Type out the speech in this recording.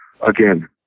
Again